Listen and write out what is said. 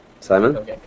Simon